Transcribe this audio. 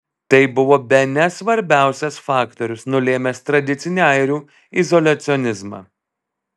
tai buvo bene svarbiausias faktorius nulėmęs tradicinį airių izoliacionizmą